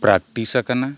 practice ᱟᱠᱟᱱᱟ